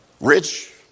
Rich